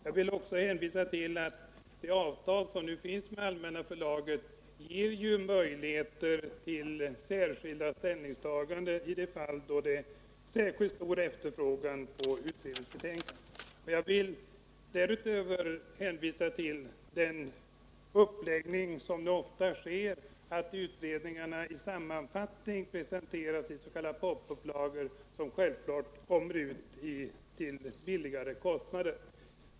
Jag vill också hänvisa till att det avtal som nu finns med Allmänna Förlaget ger möjlighet till särskilda ställningstaganden i de fall då det är särskilt stor efterfrågan på utredningsbetänkanden. Därutöver vill jag framhålla att utredningar ofta presenteras i sammanfattning i s.k. popupplagor, som självklart kommer ut till lägre priser.